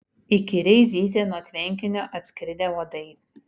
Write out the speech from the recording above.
įkyriai zyzė nuo tvenkinio atskridę uodai